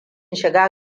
shiga